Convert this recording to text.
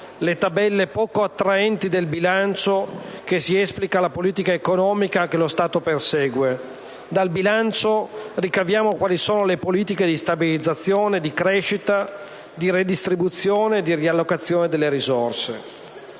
le tabelle poco attraenti del bilancio che si esplica la politica economica che lo Stato persegue; dal bilancio ricaviamo quali sono le politiche di stabilizzazione, di crescita, di redistribuzione e riallocazione delle risorse.